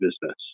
business